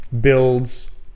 builds